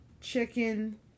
chicken